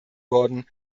worden